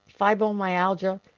fibromyalgia